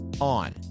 on